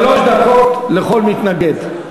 שלוש דקות לכל מתנגד.